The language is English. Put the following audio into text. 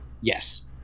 yes